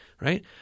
right